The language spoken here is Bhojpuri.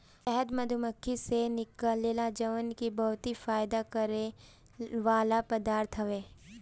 शहद मधुमक्खी से निकलेला जवन की बहुते फायदा करेवाला पदार्थ हवे